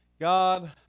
God